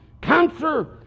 cancer